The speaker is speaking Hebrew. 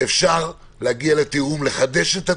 אפשר להגיע לתיאום, לחדש את התיאום,